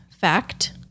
fact